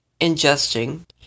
ingesting